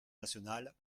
nationale